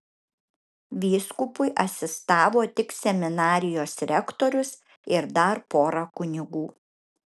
vyskupui asistavo tik seminarijos rektorius ir dar pora kunigų